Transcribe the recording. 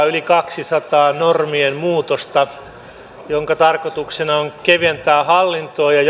yli kahdensadan normien muutosta joiden tarkoituksena on keventää hallintoa ja